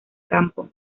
campo